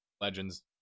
Legends